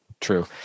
true